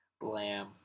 Blam